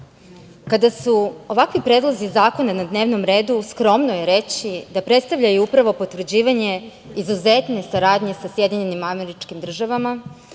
kada su ovakvi predlozi zakona na dnevnom redu skromno je reći da predstavljaju upravo potvrđivanje izuzetne saradnje sa SAD, Republikom Francuskom